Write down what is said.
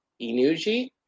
Inuji